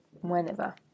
whenever